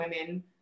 women